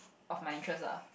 of my interest lah